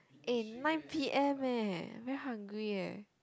eh nine P_M eh very hungry eh